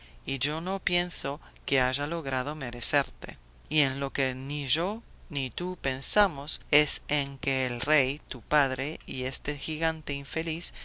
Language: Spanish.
y yo no pienso que haya logrado merecerte y en lo que ni yo ni tú pensamos es en que el rey tu padre y este gigante infeliz